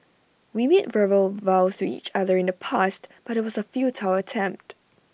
we made verbal vows to each other in the past but IT was A futile attempt